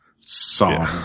song